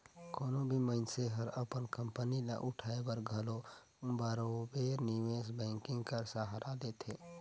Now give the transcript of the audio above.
कोनो भी मइनसे हर अपन कंपनी ल उठाए बर घलो बरोबेर निवेस बैंकिंग कर सहारा लेथे